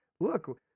look